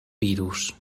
virus